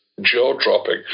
jaw-dropping